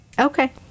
Okay